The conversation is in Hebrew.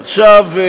עכשיו,